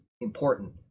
important